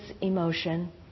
emotion